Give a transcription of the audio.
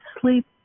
sleep